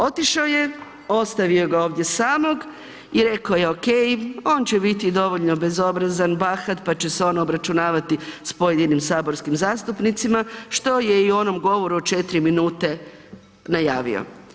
Otišao je, ostavio ga ovdje samog i rekao ok, on će biti dovoljno bezobrazan, bahat, pa će se on obračunavati s pojedinim saborskim zastupnicima, što je i u onom govoru od 4 minute najavio.